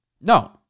No